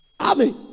Amen